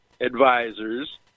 advisors